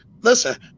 listen